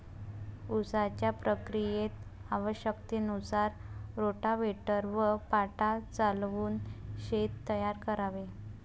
उसाच्या प्रक्रियेत आवश्यकतेनुसार रोटाव्हेटर व पाटा चालवून शेत तयार करावे